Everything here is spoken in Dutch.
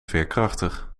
veerkrachtig